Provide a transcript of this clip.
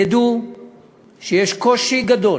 תדעו שיש קושי גדול,